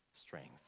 strength